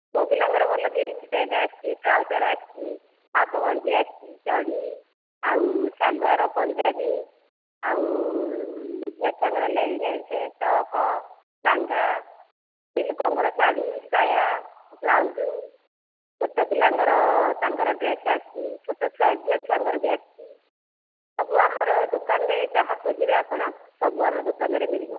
ପୁଅ ପିଲାଙ୍କର ଭଲ ଜିନ୍ସ ପ୍ୟାଣ୍ଟ ଆସିଛି ଟ୍ରାଉଜର ଆସିଛି ହାଫ ଗଞ୍ଜି ଆସିଛି ଚଡ଼ି ଆଉ ସଲ୍ୱାର ପଞ୍ଜାବୀ ଆଉ ଝିଅ ଛୁଆଙ୍କର ଲେଗିନସ୍ ଟପ ଲାଙ୍ଗା ସ୍ତ୍ରୀ ଲୋକ ଙ୍କର ଶାଢ଼ୀ ଶାୟା ବ୍ଲାଉଜ଼ ଛୋଟପିଲାଙ୍କର ତାଙ୍କର ଡ୍ରେସ ଆସିଛି ଛୋଟ ଛୁଆ ଝିଅ ଛୁଆ ଙ୍କର ଆସିଛି ସବୁ ଆମର ଦୋକାନରେ ଯାହା ଖୋଜିବେ ଆପଣ ସବୁ ଆମ ଦୋକାନ ରେ ମିଳିବ